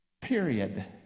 Period